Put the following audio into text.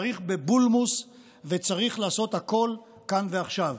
צריך בבולמוס וצריך לעשות הכול כאן ועכשיו.